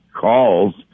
calls